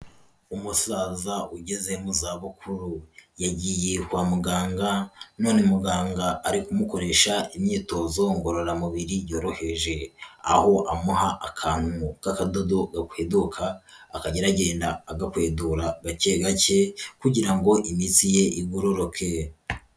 Umusaza ugeze mu zabukuru, yagiye kwa muganga none muganga ari kumukoresha imyitozo ngororamubiri yoroheje, aho amuha akantu k'akadodo gakweduka, akajya ageragenda agakwedura gake gake, kugira ngo imitsi ye igororoke.